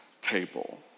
table